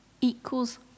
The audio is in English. equals